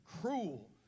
cruel